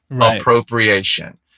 appropriation